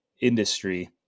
industry